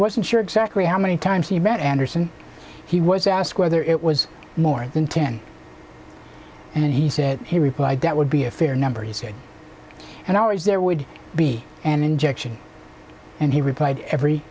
wasn't sure exactly how many times he met anderson he was asked whether it was more than ten and he said he replied that would be a fair number he said and always there would be an injection and he replied every